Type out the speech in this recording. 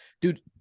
dude